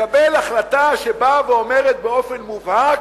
לקבל החלטה שבאה ואומרת באופן מובהק: